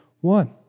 one